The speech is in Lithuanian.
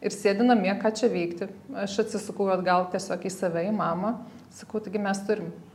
ir sėdi namie ką čia veikti aš atsisukau atgal tiesiog į save į mamą sakau taigi mes turim